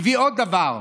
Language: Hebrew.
הביא עוד דבר: